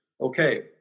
okay